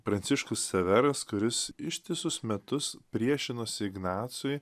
pranciškus ksaveras kuris ištisus metus priešinosi ignacui